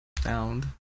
found